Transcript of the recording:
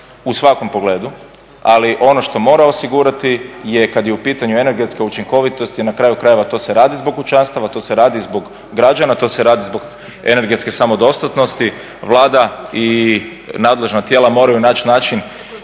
u svakom pogledu, ali ono što mora osigurati je kad je u pitanju energetska učinkovitost jer na kraju krajeva to se radi zbog kućanstava, to se radi zbog građana, to se radi zbog energetske samodostatnosti. Vlada i nadležna tijela moraju naći način